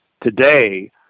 today